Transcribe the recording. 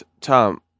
Tom